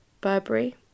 Burberry